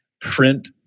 print